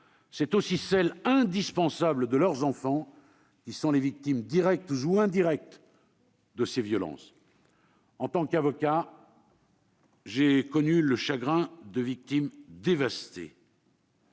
C'est aussi celle, indispensable, de leurs enfants, qui sont les victimes directes ou indirectes de ces violences. En tant qu'avocat, j'ai connu le chagrin de victimes dévastées